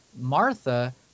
Martha